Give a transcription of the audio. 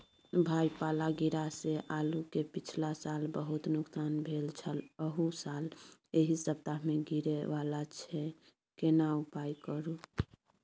भाई पाला गिरा से आलू के पिछला साल बहुत नुकसान भेल छल अहू साल एहि सप्ताह में गिरे वाला छैय केना उपाय करू?